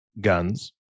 guns